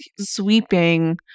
sweeping